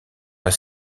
dans